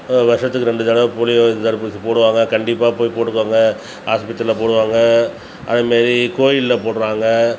ஒரு வருஷத்துக்கு ரெண்டு தடவை போலியோ தடுப்பூசி போடுவாங்க கண்டிப்பாக போய் போட்டுக்கோங்க ஆஸ்பத்திரியில போடுவாங்க அதுமாரி கோயிலில் போடுறாங்க